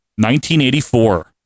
1984